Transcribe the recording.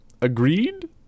Agreed